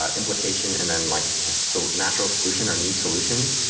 ah implication, and then like so natural solution or needs solution.